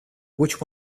which